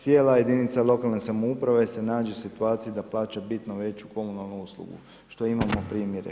Cijela jedinica lokalne samouprave se nađu u situaciji da plaća bitno veću komunalnu uslugu što imamo primjere.